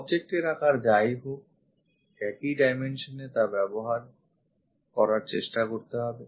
object এর আকার যা ই হোক একই dimensionsএ তা ব্যবহার করার চেষ্টা করতে হবে